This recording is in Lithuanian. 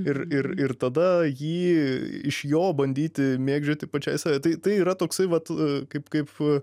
ir ir ir tada jį iš jo bandyti mėgdžioti pačiai save tai tai yra toksai vat kaip kaip